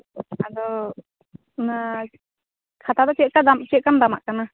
ᱟᱫᱚ ᱚᱱᱟ ᱠᱷᱟᱛᱟ ᱫᱚ ᱪᱮᱫ ᱞᱮᱠᱟ ᱫᱟᱢ ᱪᱮᱫ ᱞᱮᱠᱟᱢ ᱫᱟᱢᱟᱜ ᱠᱟᱱᱟ